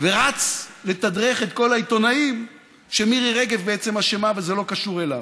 ורץ לתדרך את כל העיתונאים שמירי רגב בעצם אשמה וזה לא קשור אליו.